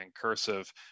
cursive